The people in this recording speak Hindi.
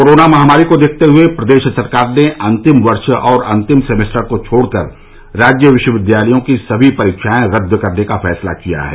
कोरोना महामारी को देखते हुए प्रदेश सरकार ने अंतिम वर्ष और अंतिम सेमेस्टर को छोड़कर राज्य विश्वविद्यालयों की समी परीक्षाएं रद्द करने का फैसला किया है